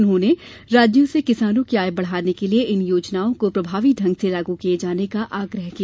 उन्होंने राज्यों से किसानों की आय बढ़ाने के लिए इन योजनाओं को प्रभावी ढंग से लागू किये जाने का आग्रह किया